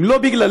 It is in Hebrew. אם לא בגללי,